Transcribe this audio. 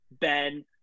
Ben